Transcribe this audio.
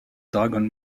dragon